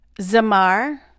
Zamar